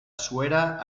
suera